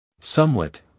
Somewhat